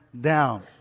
down